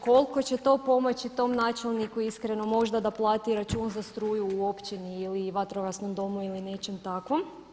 Koliko će to pomoć tom načinu, niko iskreno možda da plati račun za struju u općini ili vatrogasnom domu ili nečem takvom.